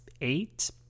Eight